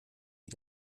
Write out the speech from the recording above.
wie